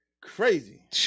Crazy